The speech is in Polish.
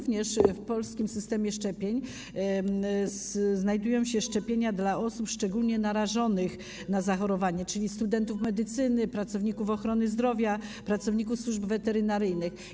W polskim systemie szczepień znajdują się również szczepienia dla osób szczególnie narażonych na zachorowanie, czyli studentów medycyny, pracowników ochrony zdrowia, pracowników służb weterynaryjnych.